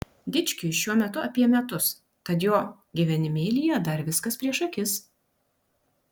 dičkiui šiuo metu apie metus tad jo gyvenimėlyje dar viskas prieš akis